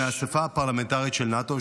מהאספה הפרלמנטרית של נאט"ו,